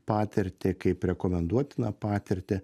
patirtį kaip rekomenduotiną patirtį